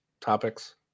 topics